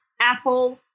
apple